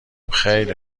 خیلی